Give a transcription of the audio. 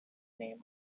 name